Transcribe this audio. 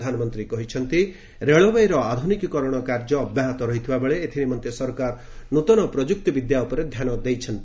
ପ୍ରଧାନମନ୍ତ୍ରୀ କହିଛନ୍ତି ରେଳବାଇର ଆଧୁନିକୀକରଣ କାର୍ଯ୍ୟ ଅବ୍ୟାହତ ରହିଥିବାବେଳେ ଏଥିନିମନ୍ତେ ସରକାର ନୂତନ ପ୍ରଯୁକ୍ତି ବିଦ୍ୟା ଉପରେ ଧ୍ୟାନ ଦେଇଛନ୍ତି